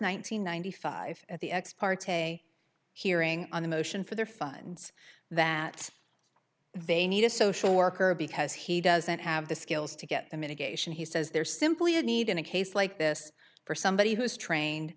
hundred ninety five at the ex parte hearing on the motion for their funds that they need a social worker because he doesn't have the skills to get the medication he says there is simply a need in a case like this for somebody who is trained